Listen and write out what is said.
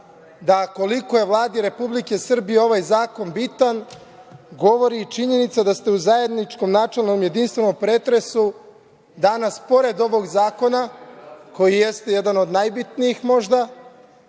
da koliko je Vladi Republike Srbije ovaj zakon bitan govori i činjenica da ste u zajedničkom načelnom jedinstvenom pretresu danas, pored ovog zakona, koji jeste jedan od najbitnijih možda,